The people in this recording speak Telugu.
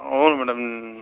అవును మేడం